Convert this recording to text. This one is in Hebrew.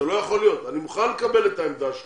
זה לא יכול להיות, אני מוכן לקבל את העמדה שלך,